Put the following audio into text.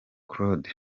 claude